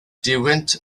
duwynt